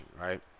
right